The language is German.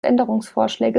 änderungsvorschläge